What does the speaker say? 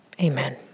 Amen